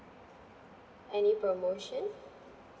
any promotion